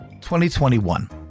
2021